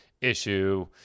issue